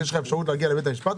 שיש לך אפשרות להגיע לבית המשפט,